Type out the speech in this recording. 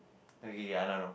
okay K K I know I know